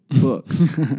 books